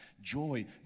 Joy